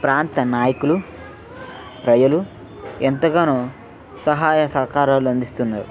ప్రాంత నాయకులు ప్రజలు ఎంతగానో సహాయ సహకారాలు అందిస్తున్నారు